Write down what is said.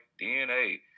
DNA